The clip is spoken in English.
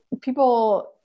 people